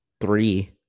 three